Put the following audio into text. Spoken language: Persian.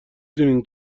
دونین